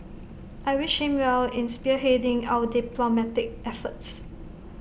I wish him well in spearheading our diplomatic efforts